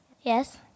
Yes